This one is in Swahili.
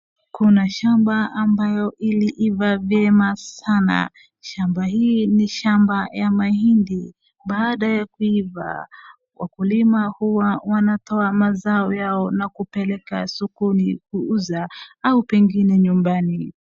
Kuna shamba ambayo iliiva vyema sana. Shamba hii ni shamba ya mahindi. Baada ya kuiva wakulima huwa wanatoa mazao yao na kupeleka sokoni kuuza au pengine nyumbani.